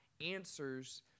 answers